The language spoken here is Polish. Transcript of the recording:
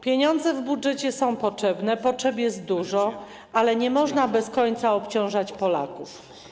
Pieniądze w budżecie są potrzebne, potrzeb jest dużo, ale nie można bez końca obciążać Polaków.